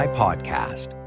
podcast